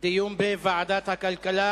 דיון בוועדת הכלכלה.